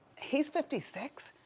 he's fifty six?